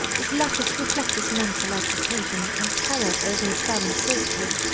his letters reflect his mental agitation and terror over his parents' safety.